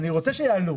אני רוצה שיעלו.